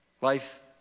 Life